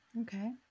Okay